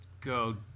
go